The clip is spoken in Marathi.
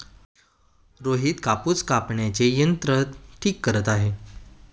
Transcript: रोहित कापूस कापण्याचे यंत्र ठीक करत आहे